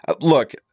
look